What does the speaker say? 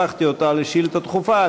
הפכתי אותה לשאילתה דחופה,